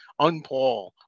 unPaul